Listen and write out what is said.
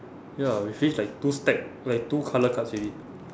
ya we finish like two stack like two colour cards already